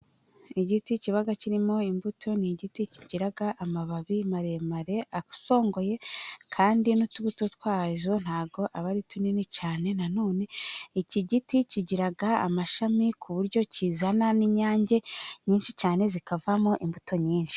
Igiti kiba kirimo imbuto, ni igiti kigira amababi maremare asongoye kandi n'utubuto twazo ntabwo aba ari tunini cyane. Na none iki giti kigira amashami ku buryo kizana n'inyange nyinshi cyane, zikavamo imbuto nyinshi.